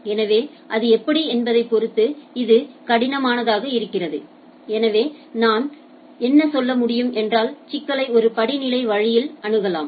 எனவே அது எப்படி என்பதைப் பொறுத்து இது கடினமானதாக இருக்கிறது எனவே நான் என்ன சொல்ல முடியும் என்றால் சிக்கலை ஒரு படிநிலை வழியில் அணுகலாம்